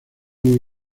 muy